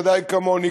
ודאי כמוני,